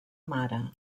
mare